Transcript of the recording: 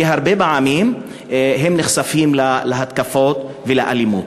כי הרבה פעמים הם נחשפים להתקפות ולאלימות.